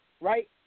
right